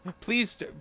Please